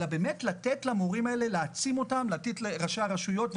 אלא להעצים את המורים ואת ראשי הרשויות.